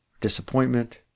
disappointment